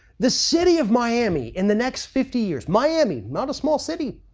the city of miami in the next fifty years. miami, not a small city,